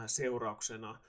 seurauksena